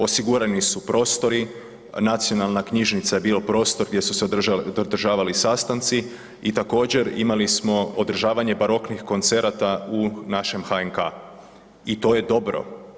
Osigurani su prostori, Nacionalna knjižnica je bio prostor gdje su se održavali sastanci i također imali smo održavanje baroknih koncerata u našem HNK i to je dobro.